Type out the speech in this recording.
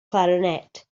clarinet